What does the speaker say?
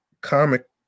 comic